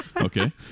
okay